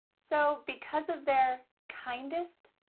so because of their kindest,